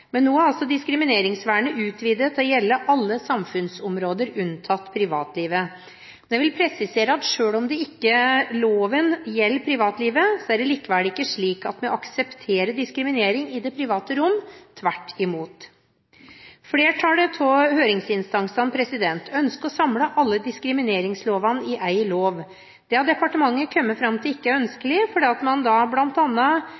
Men nå er diskrimineringsvernet utvidet til å gjelde alle samfunnsområder unntatt privatlivet. Jeg vil presisere at selv om loven ikke gjelder privatlivet, er det likevel ikke slik at vi aksepterer diskriminering i det private rom – tvert imot. Flertallet av høringsinstansene ønsket å samle alle diskrimineringslovene i én lov. Det har departementet kommet fram til ikke er